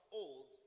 old